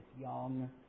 young